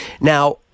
Now